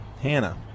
Hannah